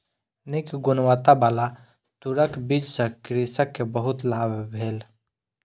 नीक गुणवत्ताबला तूरक बीज सॅ कृषक के बहुत लाभ भेल